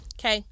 Okay